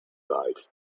bites